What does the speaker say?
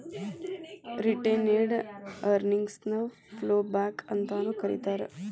retained earnings ನ ploughback ಅಂತಾನೂ ಕರೇತಾರ